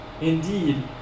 Indeed